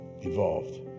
involved